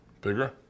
Bigger